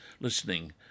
listening